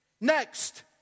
Next